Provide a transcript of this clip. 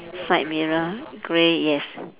side mirror grey yes